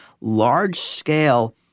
large-scale